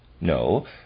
No